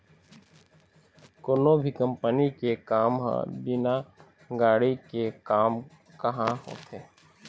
कोनो भी कंपनी के काम ह बिना गाड़ी के काम काँहा होथे